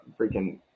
freaking